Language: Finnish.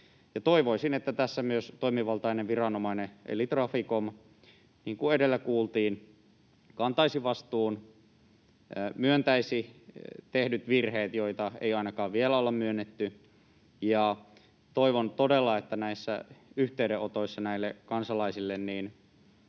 Toivoisin, että tässä myös toimivaltainen viranomainen eli Traficom, niin kuin edellä kuultiin, kantaisi vastuun, myöntäisi tehdyt virheet, joita ei ainakaan vielä olla myönnetty. Toivon todella, että näissä yhteydenotoissa näille kansalaisille ei